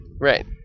Right